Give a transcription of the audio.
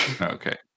Okay